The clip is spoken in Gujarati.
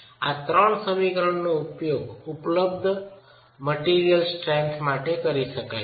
આ ત્રણ સમીકરણનો ઉપયોગ ઉપલબ્ધ સામગ્રી શક્તિ માટે કરી શકાય છે